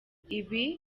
ibi